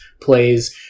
plays